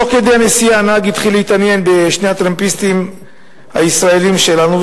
תוך כדי הנסיעה הנהג התחיל להתעניין בשני הטרמפיסטים הישראלים שלנו,